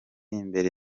imbere